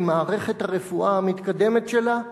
עם מערכת הרפואה המתקדמת שלה,